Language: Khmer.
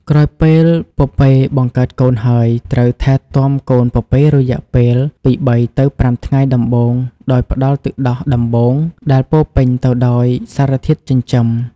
ក្រោយពេលពពែបង្កើតកូនហើយ ត្រូវថែទាំកូនពពែរយៈពេលពីបីទៅប្រាំថ្ងៃដំបូងដោយផ្តល់ទឹកដោះដំបូង ដែលពោរពេញទៅដោយសារធាតុចិញ្ចឹម។